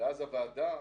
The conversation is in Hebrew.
ואז הוועדה